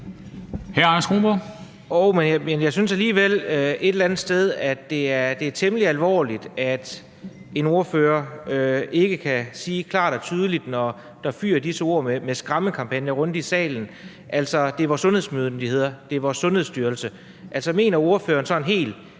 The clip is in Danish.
det et eller andet sted er temmelig alvorligt, at en ordfører ikke kan sige det klart og tydeligt, når der fyger ord som skræmmekampagne rundt i salen. Altså, det er vores sundhedsmyndigheder, det er vores Sundhedsstyrelse.